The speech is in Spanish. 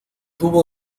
tuvo